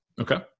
Okay